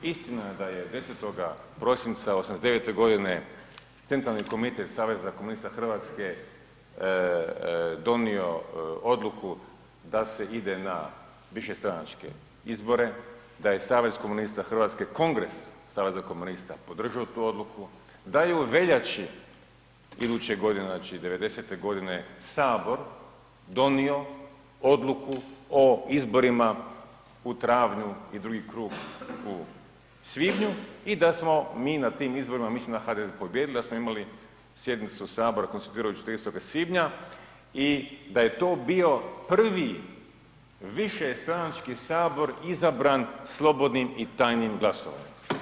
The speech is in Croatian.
Istina je da 10. prosinca '89. g. Centralni komitet Saveza komunista Hrvatske donio odluku da se ide na višestranačke izbore, da je Savez komunista Hrvatske kongres Saveza komunista podržao tu odluku, da je u veljači iduće godine, znači '90. g. Sabor donio odluku o izborima u travnju i drugi krug u svibnju i da smo mi na tim izborima, mislim na HDZ, pobijedili, da smo imali sjednicu Sabora, konstituirajuću 30. svibnja i da je to bio prvi višestranački Sabor izabran slobodnim i tajnim glasovanje.